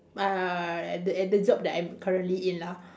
uh at the at the job that I'm currently in lah